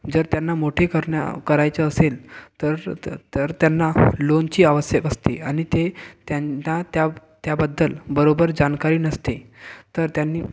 जर त्यांना मोठे करण्या करायचं असेल तर त तर त्यांना लोनची आवश्यक असते आणि ते त्यांना त्या त्याबद्दल बरोबर जानकारी नसते तर त्यांनी